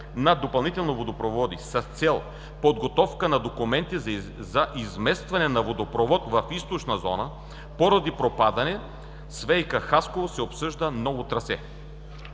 на допълнителни водопроводи. С цел подготовка на документи за изместване на водопровод в „Източна зона“ поради пропадане, с „ВиК“ ЕООД – Хасково, се обсъжда ново трасе.